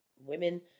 women